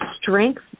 strength